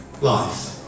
life